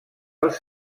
els